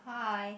hi